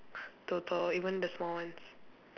total even the small ones